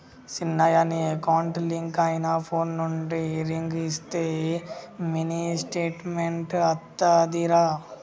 సిన్నయ నీ account link అయిన ఫోన్ నుండి రింగ్ ఇస్తే మినీ స్టేట్మెంట్ అత్తాదిరా